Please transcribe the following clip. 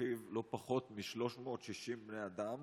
ולפיו לא פחות מ-360 בני אדם